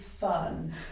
fun